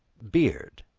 beard,